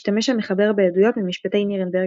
השתמש המחבר בעדויות ממשפטי נירנברג,